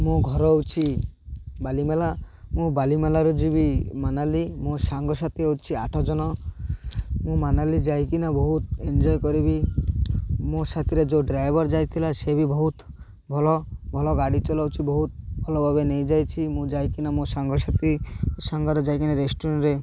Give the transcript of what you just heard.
ମୋ ଘର ହେଉଛି ବାଲିମେଲା ମୁଁ ବାଲିମେଲାରୁ ଯିବି ମାନାଲି ମୋ ସାଙ୍ଗସାଥି ହେଉଛି ଆଠ ଜଣ ମୁଁ ମନାଲି ଯାଇକି ନା ବହୁତ ଏନ୍ଜୟ କରିବି ମୋ ସାଥିରେ ଯେଉଁ ଡ୍ରାଇଭର ଯାଇଥିଲା ସେ ବି ବହୁତ ଭଲ ଭଲ ଗାଡ଼ି ଚଲାଉଛି ବହୁତ ଭଲ ଭାବେ ନେଇଯାଇଛି ମୁଁ ଯାଇକି ନା ମୋ ସାଙ୍ଗସାଥି ସାଙ୍ଗରେ ଯାଇକି ନା ରେଷ୍ଟୁରାଣ୍ଟରେ